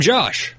Josh